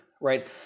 Right